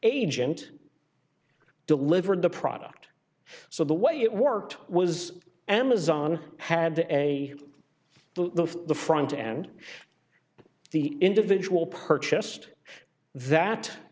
agent delivered the product so the way it worked was amazon had a the the front end the individual purchased